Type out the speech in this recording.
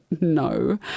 No